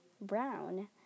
brown